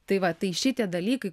tai va tai šitie dalykai